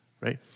right